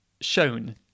shown